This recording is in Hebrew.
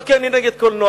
לא כי אני נגד קולנוע.